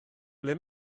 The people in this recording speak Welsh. ble